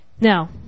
Now